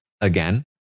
Again